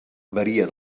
varia